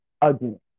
again